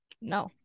No